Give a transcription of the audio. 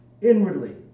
inwardly